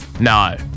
No